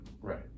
right